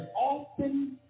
often